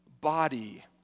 body